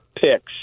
picks